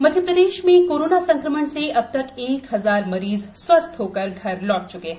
मरीज स्वस्थ मध्य प्रदेश में कोरोना संक्रमण से अब तक एक हजार मरीज स्वस्थ होकर घर लौट च्के हैं